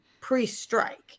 pre-strike